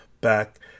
back